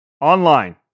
online